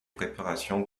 préparation